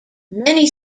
many